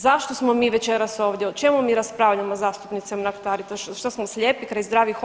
Zašto smo mi večeras ovdje, o čemu mi raspravljamo zastupnice Mrak-Taritaš, šta smo slijepi kraj zdravih očiju?